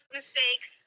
mistakes